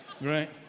right